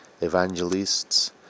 evangelists